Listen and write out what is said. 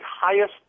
highest